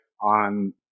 on